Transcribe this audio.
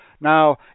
now